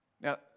Now